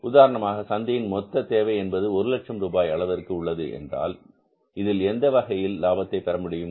உதாரணமாக சந்தையில் மொத்த தேவை என்பது 100000 ரூபாய் அளவிற்கு உள்ளது என்றால் இதில் எந்த வகையில் லாபத்தை பெறமுடியும்